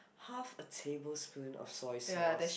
half a tablespoon of soy sauce